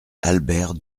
albert